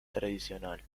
tradicional